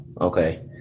Okay